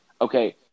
okay